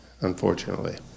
Unfortunately